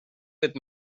with